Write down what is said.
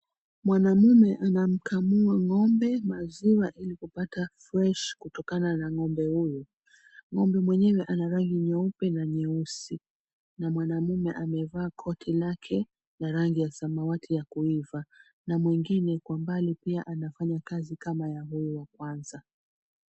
Mwanaume anamkamua ng'ombe maziwa ilikupata fresh kutokana na ng'ombe huyo. Ng'ombe mwenyewe ana rangi nyeupe na nyeusi na mwanume amevaa koti lake la rangi ya samawati ya kuiva na mwingine kwa mbali pia anafanya kazi kama ya huyu wa kwanza.